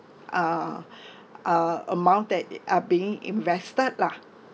uh uh amount that it are being invested lah